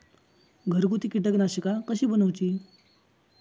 घरगुती कीटकनाशका कशी बनवूची?